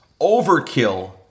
Overkill